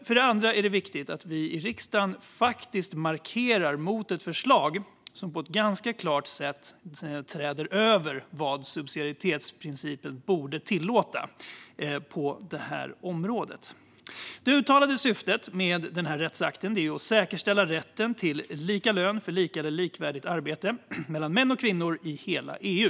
För det andra är det viktigt att vi i riksdagen faktiskt markerar mot ett förslag som på ett ganska klart sätt träder över vad subsidiaritetsprincipen borde tillåta på det här området. Det uttalade syftet med rättsakten är att säkerställa rätten till lika lön för lika eller likvärdigt arbete mellan män och kvinnor i hela EU.